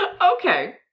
Okay